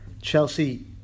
Chelsea